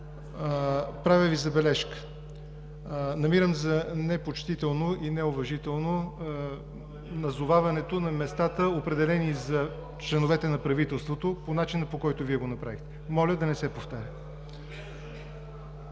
Правя Ви забележка. Намирам за непочтително и неуважително назоваването на местата, определени за членовете на правителството, по начина, по който Вие го направихте. Моля да не се повтаря.